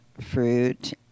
fruit